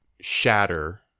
shatter